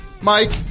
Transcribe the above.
Mike